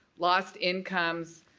lost in comes,